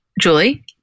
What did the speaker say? Julie